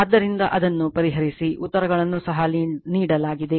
ಆದ್ದರಿಂದ ಅದನ್ನು ಪರಿಹರಿಸಿ ಉತ್ತರಗಳನ್ನು ಸಹ ನೀಡಲಾಗಿದೆ